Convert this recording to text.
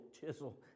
chisel